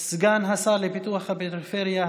סגן השר לפיתוח הפריפריה,